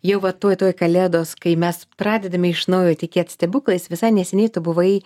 jau va tuoj tuoj kalėdos kai mes pradedame iš naujo tikėt stebuklais visai neseniai tu buvai